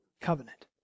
covenant